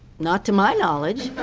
not to my knowledge.